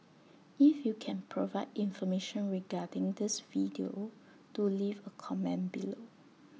if you can provide information regarding this video do leave A comment below